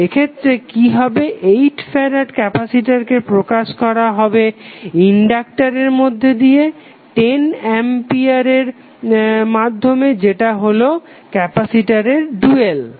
তো এক্ষেত্রে কি হবে 8 ফ্যারাড ক্যাপাসিটরকে প্রকাশ করা হবে ইনডাক্টারের মধ্যে দিয়ে 10 অ্যাম্পিয়ার এর মাধ্যমে যেটা হলো ক্যাপাসিটরের ডুয়াল